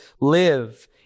live